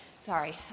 sorry